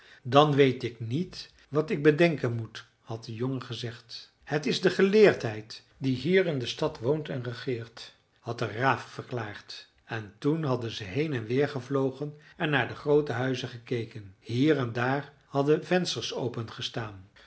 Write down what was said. dan weet ik niet wat ik bedenken moet had de jongen gezegd het is de geleerdheid die hier in de stad woont en regeert had de raaf verklaard en toen hadden ze heen en weer gevlogen en naar de groote huizen gekeken hier en daar hadden vensters open